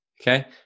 Okay